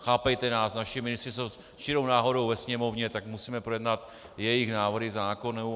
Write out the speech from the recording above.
Chápejte nás, naši ministři jsou čirou náhodou ve Sněmovně, tak musíme projednat i jejich návrhy zákonů.